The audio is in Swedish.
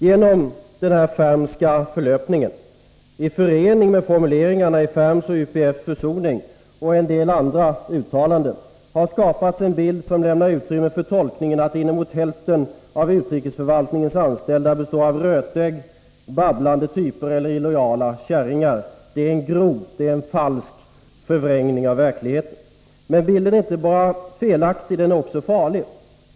Genom den Fermska förlöpningen, i förening med formuleringarna i Ferms och UPF:s försoningsuttalande och en del andra uttalanden, har det + skapats en bild som lämnar utrymme för tolkningen att inemot hälften av utrikesförvaltningens anställda består av rötägg, babblande typer eller illojala kärringar. Detta är en grov förvrängning av verkligheten. Men bilden är inte bara felaktig, utan den är också farlig.